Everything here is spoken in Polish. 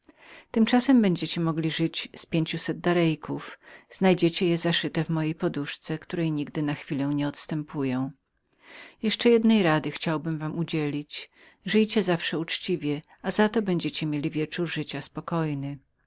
tymczasem będziecie mogli żyć z pięciuset darejków znajdziecie je zaszyte w mojej poduszce która nigdy na chwilę mnie nie odstępuje z resztą drogi mój uczniu mam ci tylko jedną radę do udzielenia żyj zawsze uczciwie a za to będziesz miał wieczór życia spokojny